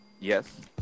Yes